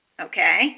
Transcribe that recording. Okay